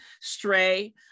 Stray